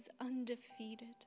undefeated